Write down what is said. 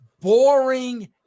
boring